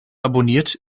abonniert